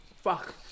Fuck